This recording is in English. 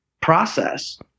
process